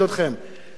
אבל עם כל הכבוד,